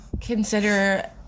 consider